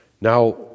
now